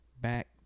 back